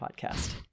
podcast